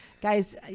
Guys